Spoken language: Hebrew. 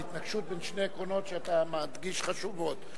זו התנגשות בין שני עקרונות, שאתה מדגיש, חשובים.